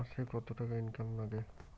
মাসে কত টাকা ইনকাম নাগে?